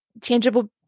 tangible